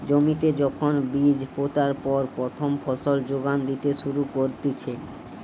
জমিতে যখন বীজ পোতার পর প্রথম ফসল যোগান দিতে শুরু করতিছে